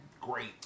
great